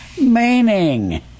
meaning